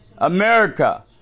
America